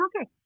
okay